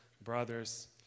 brothers